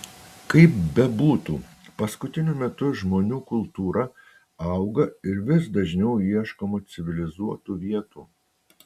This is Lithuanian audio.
kaip bebūtų paskutiniu metu žmonių kultūra auga ir vis dažniau ieškoma civilizuotų vietų